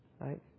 Right